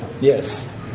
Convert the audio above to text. Yes